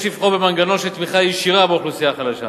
יש לבחור במנגנון של תמיכה ישירה באוכלוסייה החלשה,